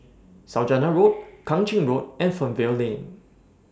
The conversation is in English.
Saujana Road Kang Ching Road and Fernvale Lane